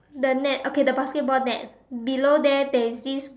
the net okay the basketball net below there there is this